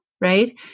right